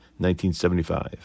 1975